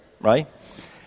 right